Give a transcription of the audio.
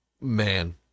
man